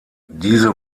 diese